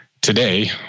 Today